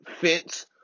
fence